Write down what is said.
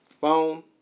phone